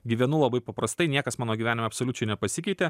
gyvenu labai paprastai niekas mano gyvenime absoliučiai nepasikeitė